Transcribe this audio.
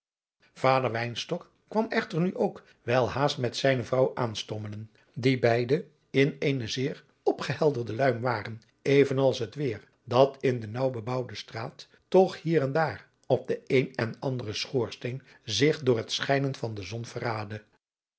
wynstok kwam echter nu ook welhaast met zijne adriaan loosjes pzn het leven van johannes wouter blommesteyn vrouw aanstom nelen die beide in eene zeer opgehelderde luim waren even als het weêr dat in de naauw bebouwde straat toch hier en daar op den een en anderen schoorsteen zich door het schijnen van de zon verraadde